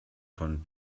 von